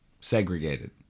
segregated